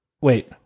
wait